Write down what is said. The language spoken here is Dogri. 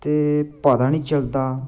ते पता नेईं चलदा